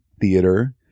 theater